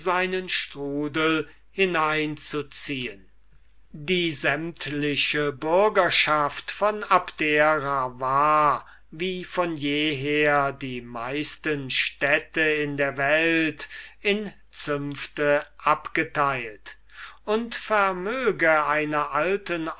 strudel hineinzuziehen die sämtliche bürgerschaft in abdera war wie von jeher die meisten städte in der welt in zünfte abgeteilt und vermöge einer alten